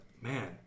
man